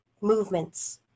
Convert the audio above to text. movements